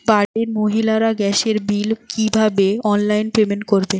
বাড়ির মহিলারা গ্যাসের বিল কি ভাবে অনলাইন পেমেন্ট করবে?